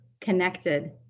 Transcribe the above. connected